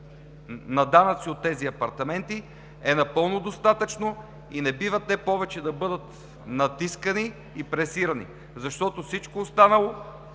на данъци от тези апартаменти, е напълно достатъчно и не бива те повече да бъдат натискани и пресирани, защото всичко останало,